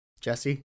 Jesse